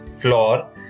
floor